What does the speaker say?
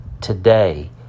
Today